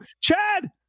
Chad